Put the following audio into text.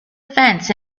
fence